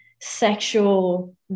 sexual